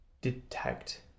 detect